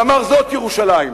ואמר: זאת ירושלים.